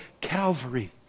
Calvary